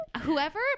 whoever